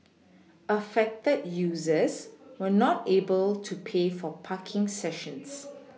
affected users were not able to pay for parking sessions